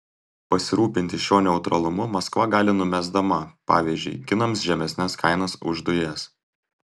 pasirūpinti šiuo neutralumu maskva gali numesdama pavyzdžiui kinams žemesnes kainas už dujas